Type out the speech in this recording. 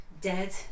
Dead